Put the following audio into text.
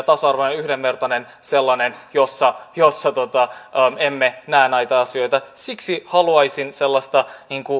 tasa arvoinen ja yhdenvertainen yhteiskunta sellainen jossa jossa emme näe näitä asioita siksi haluaisin sellaista